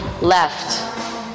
Left